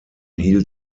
hielt